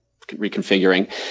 reconfiguring